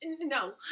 No